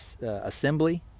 assembly